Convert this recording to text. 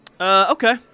Okay